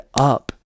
up